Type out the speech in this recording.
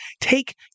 take